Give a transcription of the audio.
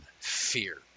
fear